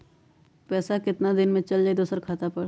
पैसा कितना दिन में चल जाई दुसर खाता पर?